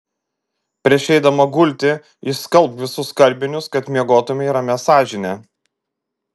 prieš eidama gulti išskalbk visus skalbinius kad miegotumei ramia sąžine